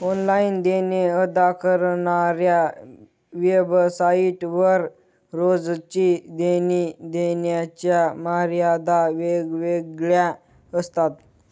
online देणे अदा करणाऱ्या वेबसाइट वर रोजची देणी देण्याच्या मर्यादा वेगवेगळ्या असतात